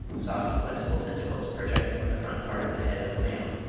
soft flexible tentacles project from the front part of the head of the male,